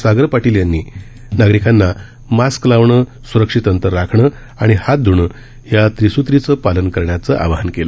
सागर पाटील यांनी नागरिकांना मास्क लावणं सुरक्षित अंतर राखण आणि हात ध्णं या त्रिसूत्रीचं पालन करण्याचं आवाहन केलं